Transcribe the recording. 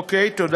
אוקיי, תודה.